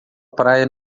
praia